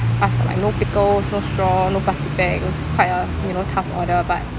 asked for like no pickles no straw no plastic bag it was quite a you know tough order but